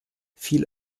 viel